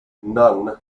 nunn